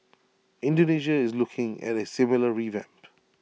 Indonesia is looking at A similar revamp